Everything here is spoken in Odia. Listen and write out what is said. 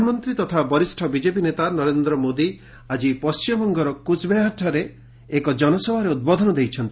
ପ୍ରଧାନମନ୍ତ୍ରୀ ତଥା ବରିଷ୍ଣ ବିଜେପି ନେତା ନରେନ୍ଦ୍ର ମୋଦି ଆଜି ପଶ୍ଚିମବଙ୍ଗର କୁଚ୍ବେହାରଠାରେ ଏକ ଜନସଭାରେ ଉଦ୍ବୋଧନ ଦେଇଛନ୍ତି